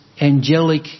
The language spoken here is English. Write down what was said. angelic